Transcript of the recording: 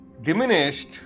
diminished